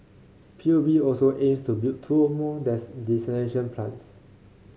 P U B also aims to build two more desalination plants